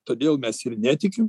todėl mes ir netikim